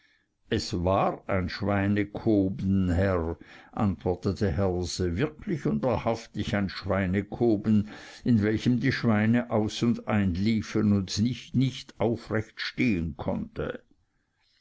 es war ein schweinekoben herr antwortete herse wirklich und wahrhaftig ein schweinekoben in welchem die schweine aus und einliefen und ich nicht aufrecht stehen konnte